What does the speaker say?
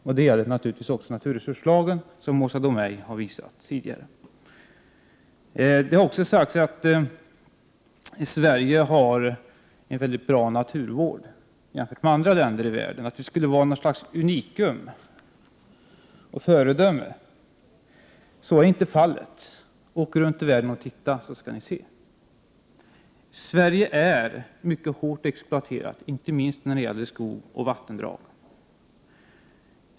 Det gäller naturligtvis också naturskyddslagen, något som Åsa Domeij tidigare påvisat. Det har också sagts att vi i Sverige har en mycket bra naturvård jämfört med andra länder i världen, att vi skulle vara något slags unikum och föredöme. Så är inte fallet. Res runt i världen och titta, så får ni se! Sverige är mycket hårt exploaterat, inte minst när det gäller skog och vattendrag.